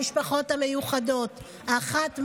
המשפחות המיוחדות: האחת,